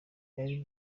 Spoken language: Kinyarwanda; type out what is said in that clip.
byari